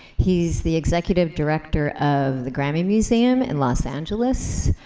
he's the executive director of the grammy museum in los angeles,